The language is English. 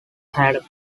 had